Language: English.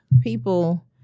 People